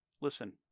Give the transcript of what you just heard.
Listen